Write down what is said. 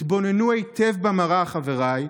תתבוננו היטב במראה, חבריי,